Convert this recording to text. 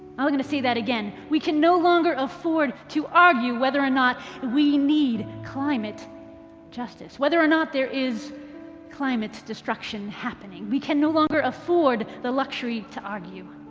i'm going to say that again. we can no longer afford to argue whether or not we need climate justice. whether or not there is climate destruction happening. we can no longer afford the luxury to argue.